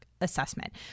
assessment